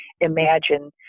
imagine